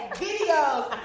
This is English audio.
videos